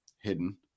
hidden